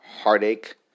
heartache